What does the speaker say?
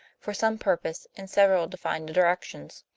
for some purpose, in several defined directions.